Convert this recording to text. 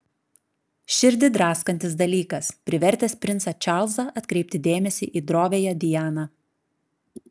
širdį draskantis dalykas privertęs princą čarlzą atkreipti dėmesį į droviąją dianą